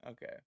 Okay